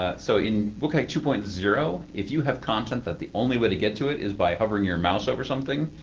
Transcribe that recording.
ah so in wcag two point zero, if you have content that the only way to get to it is by hovering your mouse over something,